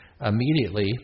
immediately